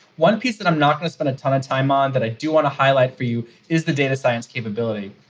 one piece that i'm not going to spend a ton of time on that i do want to highlight for you is the data science capability.